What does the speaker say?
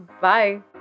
Bye